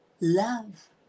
love